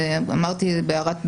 אמרתי בהערת ביניים,